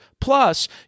Plus